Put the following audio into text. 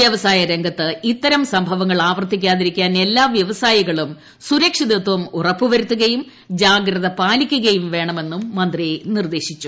വ്യവസായരംഗത്ത് ഇത്തരം സംഭവങ്ങൾ ആവർത്തിക്കാതിരിക്കാൻ എല്ലാ വ്യവസായികളും സുരക്ഷിതത്വം ഉറപ്പുവരുത്തുകയും ജാഗ്രത പാലിക്കുകയും വേണമെന്നും മന്ത്രി നിർദ്ദേശിച്ചു